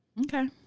Okay